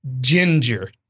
ginger